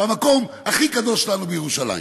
במקום הכי קדוש לנו בירושלים.